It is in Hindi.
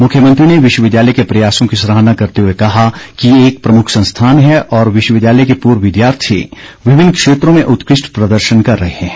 मुख्यमंत्री ने विश्वविद्यालय के प्रयासों की सराहना करते हुए कहा कि ये एक प्रमुख संस्थान है और विश्वविद्यालय के पूर्व विद्यार्थी विभिन्न क्षेत्रों में उत्कृष्ठ प्रदर्शन कर रहे हैं